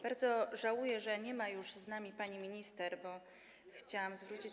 Bardzo żałuję, że nie ma już z nami pani minister, bo chciałam zwrócić.